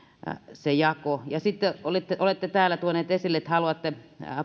se jako muualta sitten olette täällä tuonut esille että haluatte